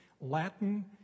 Latin